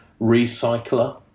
recycler